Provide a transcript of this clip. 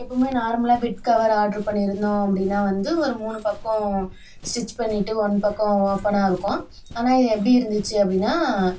எப்பவும் நார்மலாக bed cover ஆட்ரு பண்ணியிருந்தோம் அப்படினா வந்து ஒரு மூணு பக்கம் ஸ்டிச் பண்ணிவிட்டு ஒன் பக்கம் ஓப்பனாக இருக்கும் ஆனால் இது எப்படி இருந்துச்சு அப்படினா